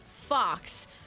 Fox